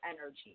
energy